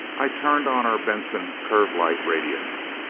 i turned on our benson curve light radiance.